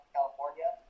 California